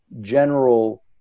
general